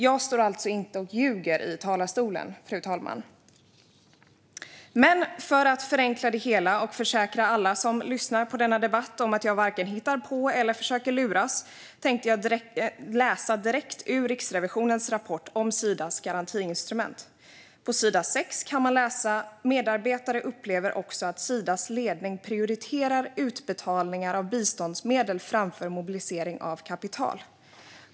Jag står alltså inte och ljuger i talarstolen, fru talman. För att förenkla det hela och försäkra alla som lyssnar på denna debatt om att jag varken hittar på eller försöker luras tänkte jag dock läsa direkt ur Riksrevisionens rapport om Sidas garantiinstrument. På sidan 6 kan man läsa: "Medarbetare upplever också att Sidas ledning prioriterar utbetalningar av biståndsmedel framför mobilisering av kapital."